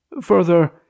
Further